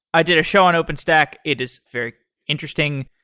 i did a show on openstack. it is very interesting.